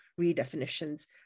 redefinitions